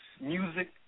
music